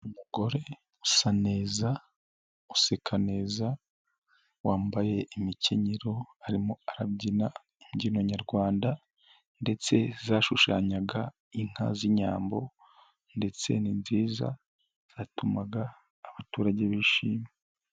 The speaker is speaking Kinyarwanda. Umugore usa neza useka neza wambaye imikenyero arimo arabyina imbyino nyarwanda ndetse zashushanyaga inka z'inyambo ndetse ni nziza zatumaga abaturage bishima.